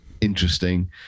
interesting